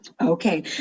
Okay